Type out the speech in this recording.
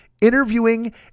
interviewing